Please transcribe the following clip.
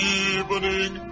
evening